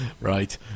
Right